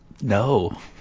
No